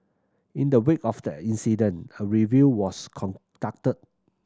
in the wake of the incident a review was conducted